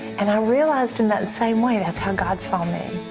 and i realized in that same way, that's how god saw me.